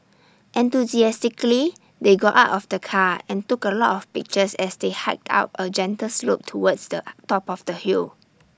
enthusiastically they got out of the car and took A lot of pictures as they hiked up A gentle slope towards the top of the hill